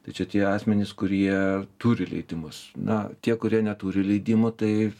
tai čia tie asmenys kurie turi leidimus na tie kurie neturi leidimų tai